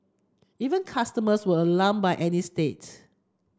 even customers were alarmed by Annie states